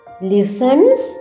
listens